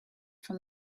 from